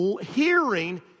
Hearing